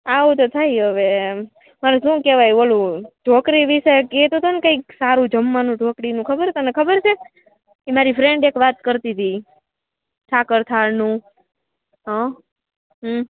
આવું તો થાય હવે એમ પણ શું કેવાય ઓલું ઢોકરી વિષે કેતો તોને કંઇક સારું જમવાનું ઢોકળીનું ખબર તને ખબર છે એ મારી ફ્રેન્ડ એક વાત કરતી તી ઠાકોર થાળનું હ હં